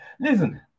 listen